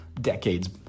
decades